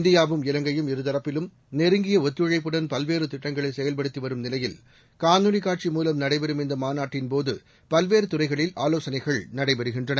இந்தியாவும் இவங்கையும் இருதரப்பிலும் நெருங்கிய ஒத்துழைப்புடன் பல்வேறு திட்டங்களை செயல்படுத்தி வரும் நிலையில் காணொளி காட்சி மூலம் நடைபெறும் இந்த மாநாட்டின் போது பல்வேறு துறைகளில் ஆலோசனைகள் நடைபெறுகின்றன